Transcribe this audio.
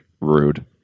rude